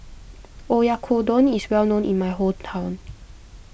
Oyakodon is well known in my hometown